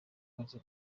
bibazo